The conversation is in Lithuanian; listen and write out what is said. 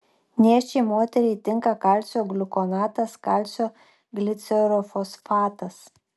nėščiai moteriai tinka kalcio gliukonatas kalcio glicerofosfatas